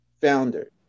founder